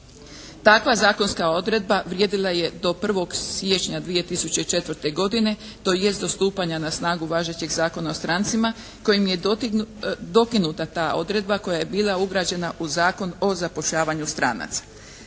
Takva zakonska odredba vrijedila je do 1. siječnja 2004. godine tj. do stupanja na snagu važećeg Zakona o strancima kojim je dokinuta ta odredba koja je bila ugrađena u Zakon o zapošljavanju stranaca.